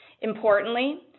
Importantly